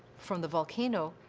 from the volcano,